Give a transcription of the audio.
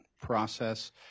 process